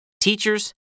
teachers